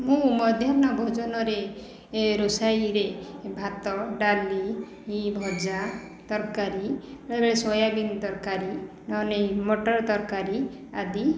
ମୁଁ ମଧ୍ୟାହ୍ନ ଭୋଜନରେ ରୋଷାଇରେ ଭାତ ଡାଲି ଭଜା ତରକାରୀ ବେଳେ ବେଳେ ସୋୟାବିନ ତରକାରୀ ନହେଲେ ମଟର ତରକାରୀ ଆଦି